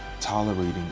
tolerating